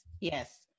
yes